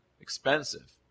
expensive